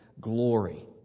glory